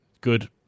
Good